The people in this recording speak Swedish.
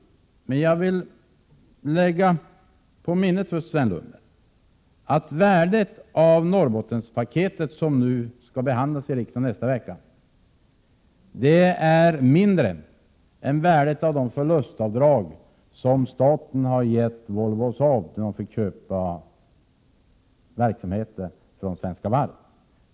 Jag ber Sven Lundberg att lägga på minnet att värdet av Norrbottenspaketet, som skall behandlas i riksdagen nästa vecka, är mindre än värdet av de förlustavdrag som staten beviljade Volvo och Saab i samband med deras köp av verksamheter vid Svenska Varv.